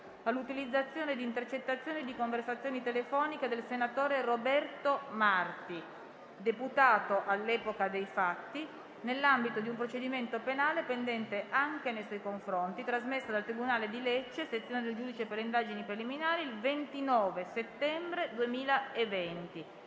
all'utilizzazione di intercettazioni di conversazioni telefoniche del senatore Roberto Marti, deputato all'epoca dei fatti, nell'ambito di un procedimento penale pendente anche nei suoi confronti Trasmessa dal Tribunale di Lecce Sezione del Giudice per le indagini preliminari il 29 settembre 2020